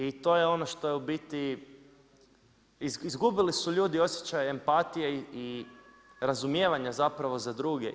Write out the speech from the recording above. I to je ono što je u biti, izgubili su ljudi osjećaj empatije i razumijevanja zapravo za druge.